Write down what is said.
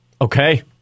Okay